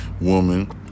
woman